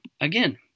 Again